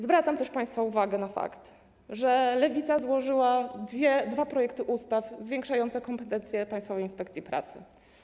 Zwracam też państwa uwagę na fakt, że Lewica złożyła dwa projekty ustaw zwiększające kompetencje Państwowej Inspekcji Pracy.